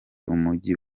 umujyi